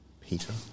Peter